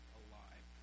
alive